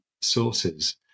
sources